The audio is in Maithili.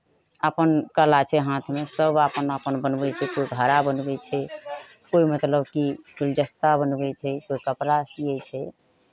अपन कला छै हाथमे सभ अपन अपन बनबै छै कोइ घड़ा बनबै छै कोइ मतलब कि गुलदस्ता बनबै छै कोइ कपड़ा सियै छै